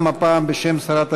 גם הפעם בשם שרת המשפטים,